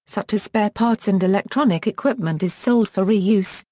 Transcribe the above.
such as spare parts and electronic equipment is sold for re-use,